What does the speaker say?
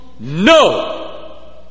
No